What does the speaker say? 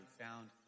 found